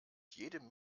jedem